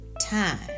time